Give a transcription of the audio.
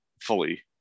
fully